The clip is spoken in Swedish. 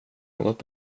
något